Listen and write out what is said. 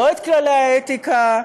לא את כללי האתיקה,